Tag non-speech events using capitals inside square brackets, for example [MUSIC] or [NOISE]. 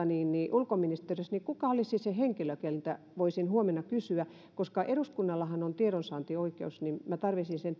ulkoministeriössä kuka olisi se henkilö keneltä voisin huomenna kysyä koska eduskunnallahan on tiedonsaantioikeus ja minä tarvitsisin [UNINTELLIGIBLE]